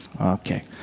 Okay